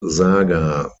saga